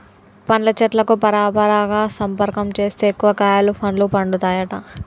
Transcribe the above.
పండ్ల చెట్లకు పరపరాగ సంపర్కం చేస్తే ఎక్కువ కాయలు పండ్లు పండుతాయట